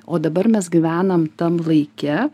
o dabar mes gyvenam tam laike